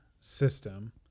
system